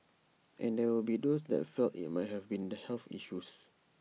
and there will be those that felt IT might have been the health issues